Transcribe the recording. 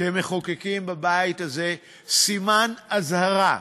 כמחוקקים בבית הזה, סימן אזהרה: